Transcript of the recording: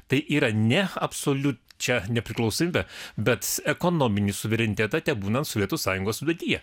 tai yra ne absoliučią nepriklausomybę bet ekonominį suverenitetą tebūnant sovietų sąjungos sudėtyje